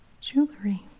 jewelry